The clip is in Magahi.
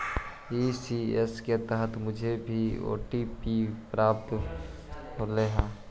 ई.सी.एस की तरफ से मुझे ओ.टी.पी भी प्राप्त होलई हे